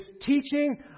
teaching